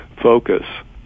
focus